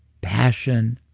passion,